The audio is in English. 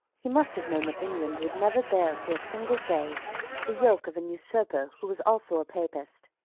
he must have known that england would never bear for a single day the yoke of an usurper who was also a papist,